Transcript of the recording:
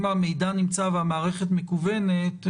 אם המידע נמצא והמערכת מקוונת,